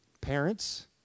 Parents